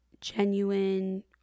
genuine